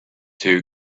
two